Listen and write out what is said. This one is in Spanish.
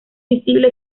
visible